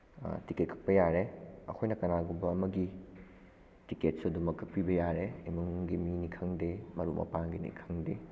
ticket ꯀꯛꯄ ꯌꯥꯔꯦ ꯑꯩꯈꯣꯏꯅ ꯀꯅꯥꯒꯨꯝꯕ ꯑꯃꯒꯤ ꯇꯤꯀꯦꯠꯁꯨ ꯑꯗꯨꯝꯃꯛ ꯀꯛꯄꯤꯕ ꯌꯥꯔꯦ ꯏꯃꯨꯡꯒꯤ ꯃꯤ ꯈꯪꯗꯦ ꯃꯔꯨꯞ ꯃꯄꯥꯡꯒꯤꯅꯤ ꯈꯪꯗꯦ